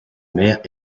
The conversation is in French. mère